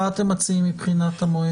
דרך אגב, מי מתקין את התקנות היום?